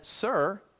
sir